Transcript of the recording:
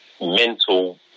mental